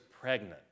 pregnant